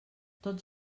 tots